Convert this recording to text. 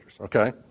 okay